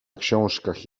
książkach